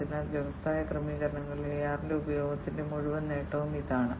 അതിനാൽ വ്യവസായ ക്രമീകരണങ്ങളിൽ AR ന്റെ ഉപയോഗത്തിന്റെ മുഴുവൻ നേട്ടവും ഇതാണ്